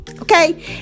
okay